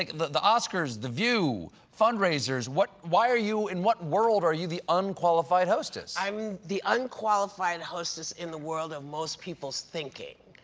the the oscars, the view, fundraisers. why are you in what world are you the unqualified hostess? i'm the unqualified hostess in the world of most people's thinking.